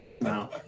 no